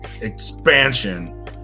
expansion